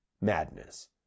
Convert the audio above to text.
Madness